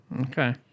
Okay